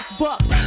bucks